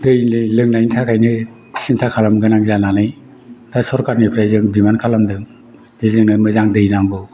दै लोंनायनि थाखायनो सिंन्था खालामनो गोनां जानानै दा सोरखारनिफ्राय जों दिमान्द खालामदों दि जोंनो मोजां दै नांगौ